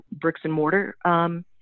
bricks-and-mortar